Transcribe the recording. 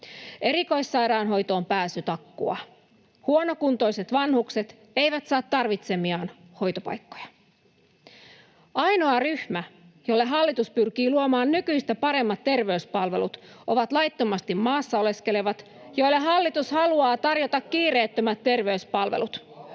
Erikoissairaanhoitoon pääsy takkuaa. Huonokuntoiset vanhukset eivät saa tarvitsemiaan hoitopaikkoja. Ainoa ryhmä, jolle hallitus pyrkii luomaan nykyistä paremmat terveyspalvelut, ovat laittomasti maassa oleskelevat, joille hallitus haluaa tarjota kiireettömät terveyspalvelut.